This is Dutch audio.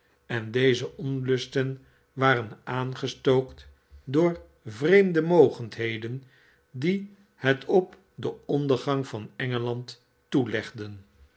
en deze onlusten waren aangestookt door vreemde mogendheden die het op den ondergang van engeland toelegden